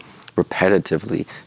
repetitively